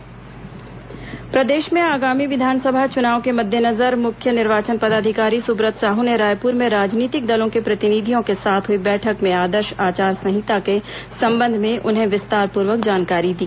विस चुनाव राजनीतिक दल बैठक प्रदेश में आगामी विधानसभा चुनाव के मद्देनजर मुख्य निर्वाचन पदाधिकारी सुब्रत साहू ने रायपुर में राजनीतिक दलों के प्रतिनिधियों के साथ हुई बैठक में आदर्श आचार संहिता के संबंध में उन्हें विस्तारपूर्वक जानकारी दी